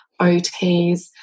OTs